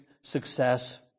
success